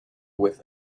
with